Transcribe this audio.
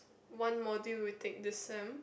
one module we take this sem